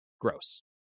Gross